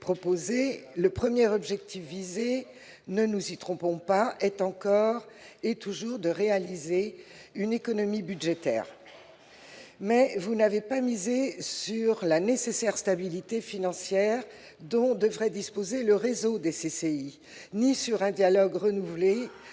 proposée, le premier objectif, ne nous y trompons pas, est encore et toujours de réaliser une économie budgétaire. Mais vous n'avez pas misé sur la nécessaire stabilité financière dont devrait disposer le réseau des CCI ni sur un dialogue renouvelé